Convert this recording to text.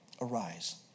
Arise